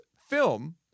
film